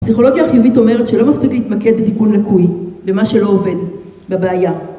פסיכולוגיה חיובית אומרת שלא מספיק להתמקד בתיקון לקוי, במה שלא עובד, בבעיה.